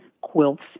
quilts